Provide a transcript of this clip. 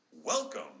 Welcome